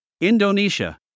Indonesia